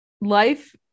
life